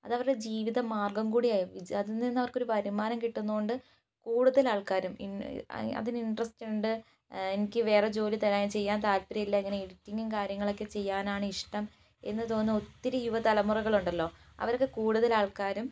അതവരുടെ ജീവിത മാർഗ്ഗം കൂടി ആയി അതിൽ നിന്ന് അവർക്കൊരു വരുമാനം കിട്ടുന്നതുകൊണ്ട് കൂടുതൽ ആൾക്കാരും അതിനു ഇൻട്രസ്റ്റുണ്ട് എനിക്ക് വേറെ ജോലി തരാൻ ചെയ്യാൻ താല്പര്യമില്ല ഇങ്ങനെ എഡിറ്റിംഗും കാര്യങ്ങളും ഒക്കെ ചെയ്യാനാണ് ഇഷ്ടം എന്നു തോന്നുന്ന ഒത്തിരി യുവ തലമുറകളുണ്ടല്ലോ അവരൊക്കെ കൂടുതൽ ആൾക്കാരും